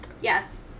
Yes